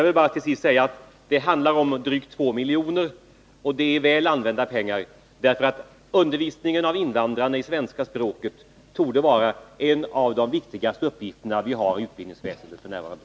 Till sist vill jag bara säga att det handlar om drygt 2 milj.kr. Det är väl använda pengar därför att undervisning i svenska språket för invandrare torde vara en av de viktigaste uppgifter vi har inom utbildningsväsendet f.n.